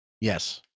yes